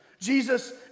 Jesus